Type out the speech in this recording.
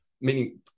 meaning